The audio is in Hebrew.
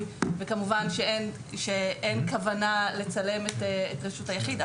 וכמובן שאין כוונה לצלם את רשות היחיד,